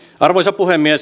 arvoisa puhemies